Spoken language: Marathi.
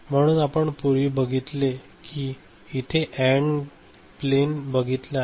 म्हणून आपण पूर्वी बघितले की इथे एन्ड प्लेन बघितले आहे